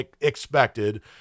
expected